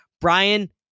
Brian